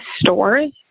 stores